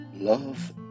Love